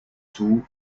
two